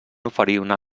oferir